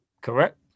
Correct